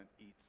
eats